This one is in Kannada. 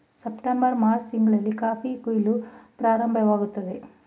ಸಪ್ಟೆಂಬರ್ ಮಾರ್ಚ್ ತಿಂಗಳಲ್ಲಿ ಕಾಫಿ ಕುಯಿಲು ಪ್ರಾರಂಭವಾಗುತ್ತದೆ